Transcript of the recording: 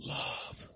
love